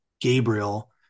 Gabriel